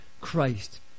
Christ